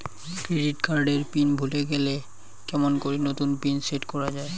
Credit card এর pin ভুলে গেলে কেমন করি নতুন পিন সেট করা য়ায়?